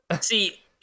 See